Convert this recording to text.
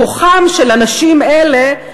כוחם של אנשים אלה,